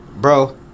Bro